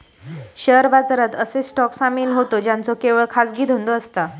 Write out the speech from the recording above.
share बाजारात असे stock सामील होतं ज्यांचो केवळ खाजगी धंदो असता